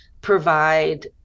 provide